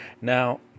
now